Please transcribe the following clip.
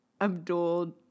Abdul